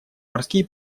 морские